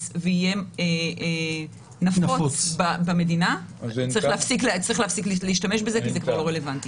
ויהיה נפוץ במדינה צריך להפסיק להשתמש בזה כי זה כבר לא רלוונטי.